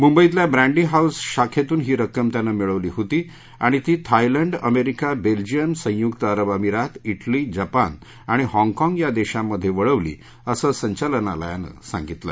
मुंबईतल्या Brady House शाखेतून ही रक्कम त्यानं मिळवली होती आणि ती थायलंड अमेरिका बेल्जियम संयुक्त अरब अमीरात डेली जपान आणि हॉगकाँग या देशांमधे वळवली असं संचालनालयानं सांगितलं